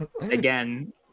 Again